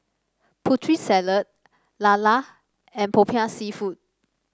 Putri Salad lala and popiah seafood